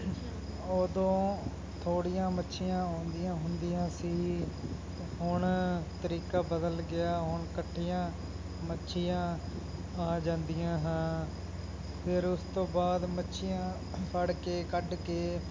ਉਦੋਂ ਥੋੜ੍ਹੀਆਂ ਮੱਛੀਆਂ ਆਉਂਦੀਆਂ ਹੁੰਦੀਆਂ ਸੀ ਹੁਣ ਤਰੀਕਾ ਬਦਲ ਗਿਆ ਹੁਣ ਇਕੱਠੀਆਂ ਮੱਛੀਆਂ ਆ ਜਾਂਦੀਆਂ ਹੈ ਫਿਰ ਉਸ ਤੋਂ ਬਾਅਦ ਮੱਛੀਆਂ ਫੜ ਕੇ ਕੱਢ ਕੇ